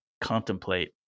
contemplate